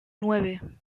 nueve